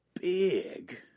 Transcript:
big